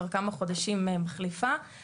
כמישהו שעובד בחסות הנוער כבר שנה וחצי,